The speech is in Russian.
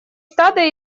стада